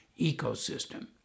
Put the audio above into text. ecosystem